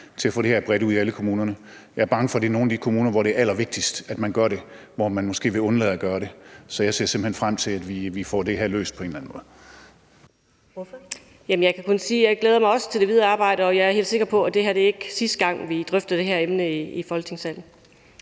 til at få det her bredt ud i alle kommunerne. Jeg er bange for, at det er nogle af de kommuner, hvor det er allervigtigst, at man gør det, hvor man måske vil undlade at gøre det. Så jeg ser simpelt hen frem til, at vi får det her løst på en eller anden måde. Kl. 19:29 Første næstformand (Karen Ellemann): Ordføreren. Kl. 19:29 Anni Matthiesen (V): Jamen jeg kan kun sige, at jeg også glæder mig til det videre arbejde, og jeg er helt sikker på, at det ikke er sidste gang, vi drøfter det her emne i Folketingssalen.